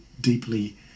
deeply